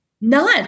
None